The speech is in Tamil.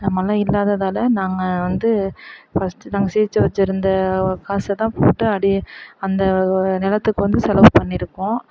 மழை இல்லாததால் நாங்கள் வந்து ஃபஸ்ட்டு நாங்கள் சேர்த்து வச்சுருந்த காசைதான் போட்டு அப்படியே அந்த நிலத்துக்கு வந்து செலவு பண்ணியிருக்கோம்